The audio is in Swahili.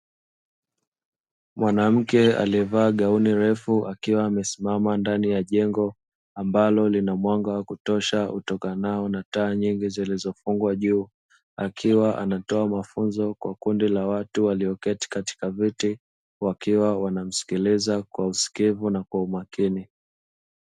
Mwanamke aliyevaa gauni refu akiwa amesimama ndani ya jengo ambalo lina mwanga wa kutosha utokanao na taa nyingi zilizofungwa juu. Akiwa anatoa mafunzo kwa kundi la watu walioketi katika viti wakiwa wanamsikiliza kwa usikivu na umakini.